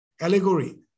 allegory